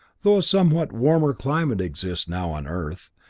though a somewhat warmer climate exists now on earth,